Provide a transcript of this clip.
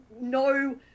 no